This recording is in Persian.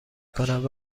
کند